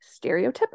stereotypical